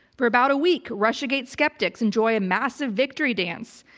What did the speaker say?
for about a week, russiagate skeptics enjoy a massive victory dance.